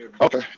Okay